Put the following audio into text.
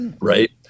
right